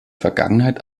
vergangenheit